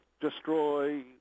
destroy